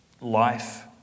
life